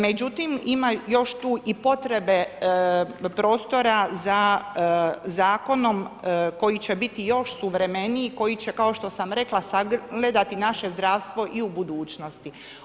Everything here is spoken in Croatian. Međutim ima još tu i potrebe, prostora za zakonom koji će biti još suvremeniji, koji će kao što sam rekla, sagledati naše zdravstvo i u budućnosti.